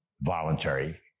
voluntary